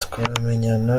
twamenyana